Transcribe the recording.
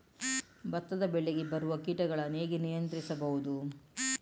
ಭತ್ತದ ಬೆಳೆಗೆ ಬರುವ ಕೀಟಗಳನ್ನು ಹೇಗೆ ನಿಯಂತ್ರಿಸಬಹುದು?